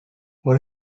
what